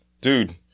Dude